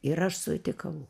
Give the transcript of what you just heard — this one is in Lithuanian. ir aš sutikau